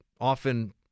often